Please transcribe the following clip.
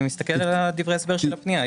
אני מסתכל על דברי ההסבר של הפנייה.